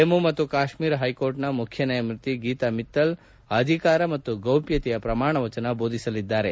ಜಮ್ಮು ಮತ್ತು ಕಾಶ್ಮೀರ ಹೈಕೋರ್ಟ್ನ ಮುಖ್ಯ ನ್ಯಾಯಮೂರ್ತಿ ಗೀತಾ ಮಿತ್ತಲ್ ಅವರು ಅಧಿಕಾರ ಮತ್ತು ಗೌಪ್ಯತೆಯ ಪ್ರಮಾಣವಚನ ಬೋಧಿಸುವರು